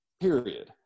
period